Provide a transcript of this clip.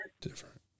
different